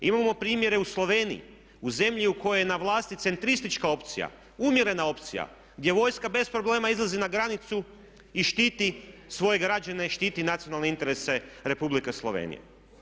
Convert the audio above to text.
Imamo primjere u Sloveniji, u zemlji u kojoj je na vlasti centristička opcija, umjerena opcija gdje vojska bez problema izlazi na granicu i štiti svoje građane, štiti nacionalne interese Republike Slovenije.